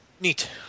Neat